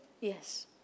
Yes